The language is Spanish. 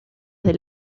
del